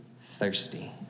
thirsty